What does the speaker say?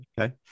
Okay